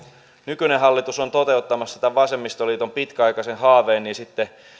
nykyinen hallitus on toteuttamassa tämän vasemmistoliiton pitkäaikaisen haaveen niin sitten